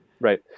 Right